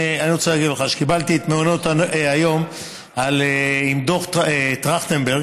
אני רוצה להגיד לך שקיבלתי את מעונות היום עם דוח טרכטנברג,